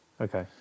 Okay